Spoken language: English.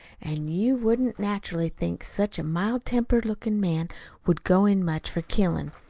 an' you wouldn't naturally think such a mild-tempered-lookin' man would go in much for killin'.